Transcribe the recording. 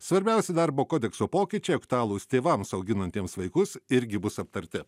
svarbiausi darbo kodekso pokyčiai aktualūs tėvams auginantiems vaikus irgi bus aptarti